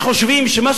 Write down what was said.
בטוח שלא.